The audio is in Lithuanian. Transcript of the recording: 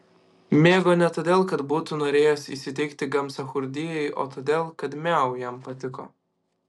mėgo ne todėl kad būtų norėjęs įsiteikti gamsachurdijai o todėl kad miau jam patiko